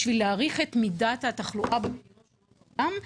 בשביל להעריך את מידת התחלואה במדינות העולם,